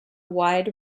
wide